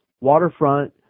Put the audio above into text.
waterfront